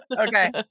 okay